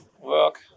work